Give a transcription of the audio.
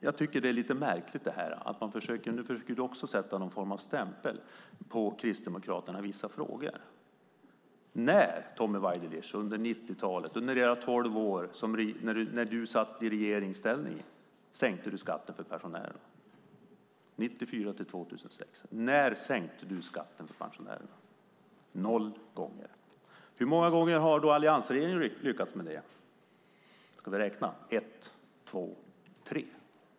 Jag tycker att det är lite märkligt att man försöker sätta någon form av stämpel på Kristdemokraterna i vissa frågor. Tommy Waidelich, hur många gånger under era tolv år i regeringsställning 1994-2006 sänkte ni skatten för pensionärerna? Noll gånger. Hur många gånger har då alliansregeringen lyckats med det? Ska vi räkna? Ett, två, tre.